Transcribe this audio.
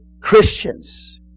Christians